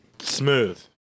smooth